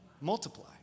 multiply